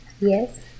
Yes